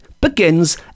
begins